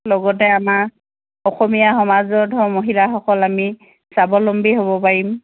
লগতে আমাৰ অসমীয়া সমাজত ধৰ মহিলাসকল আমি স্বাৱলম্বী হ'ব পাৰিম